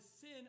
sin